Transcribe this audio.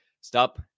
Stop